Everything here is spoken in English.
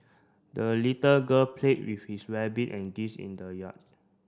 the little girl played with his rabbit and geese in the yard